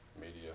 media